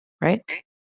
Right